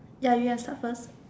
ya you can start first